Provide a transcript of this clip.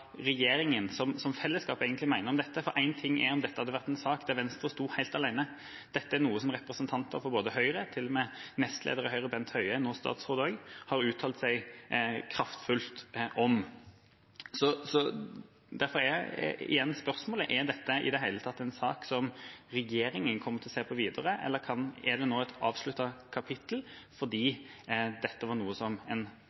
som fellesskap egentlig mener om dette, for én ting er om dette hadde vært en sak der Venstre sto helt alene. Dette er noe som også representanter fra Høyre – til og med nestleder i Høyre og statsråd, Bent Høie – har uttalt seg kraftfullt om. Derfor er igjen spørsmålet: Er dette i det hele tatt en sak som regjeringa kommer til å se på videre? Eller er det et avsluttet kapittel fordi dette er noe som en